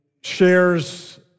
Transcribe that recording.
shares